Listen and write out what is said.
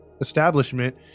establishment